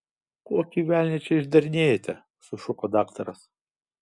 kokį velnią čia išdarinėjate sušuko daktaras